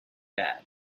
bad